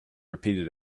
repeated